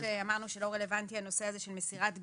אמרנו שלא רלוונטי הנושא הזה של מסירת דגימות.